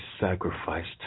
sacrificed